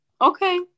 okay